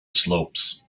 slopes